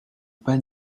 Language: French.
pas